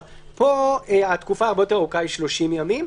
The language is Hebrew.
פה התקופה הרבה יותר ארוכה 30 יום,